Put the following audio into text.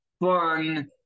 fun